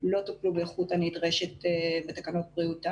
לא טופלו באיכות הנדרשת בתקנות בריאות העם.